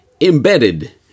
embedded